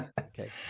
Okay